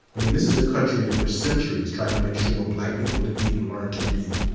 i mean, this is a country that for centuries tried to make sure black people didn't even learn to read.